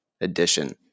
edition